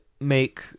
make